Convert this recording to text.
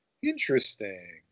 Interesting